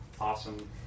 Awesome